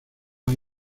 hay